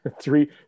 three